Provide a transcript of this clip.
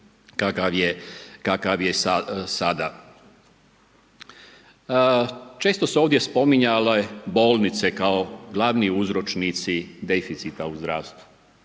kakav je sada. Često su se ovdje spominjale bolnice kao glavni uzročnici deficita u zdravstvu.